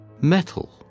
metal